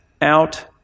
out